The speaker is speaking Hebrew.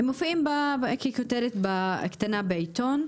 מופיעים ככותרת קטנה בעיתון,